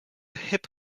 hip